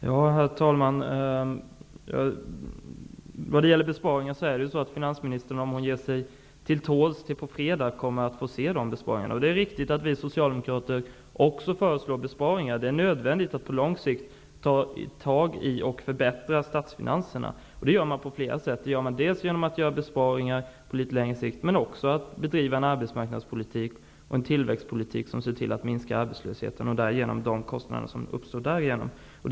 Herr talman! Vad gäller besparingar kommer finansministern, om hon ger sig till tåls till på fredag, att få se våra besparingsförslag. Det är riktigt att vi socialdemokrater också föreslår besparingar. Det är nödvändigt att på lång sikt ta tag i och förbättra statsfinanserna. Det gör man på flera sätt, dels genom besparingar på litet längre sikt, dels genom att bedriva en arbetsmarknadspolitik och en tillväxtpolitik som minskar arbetslösheten, vilket minskar de kostnader som uppstår genom arbetslösheten.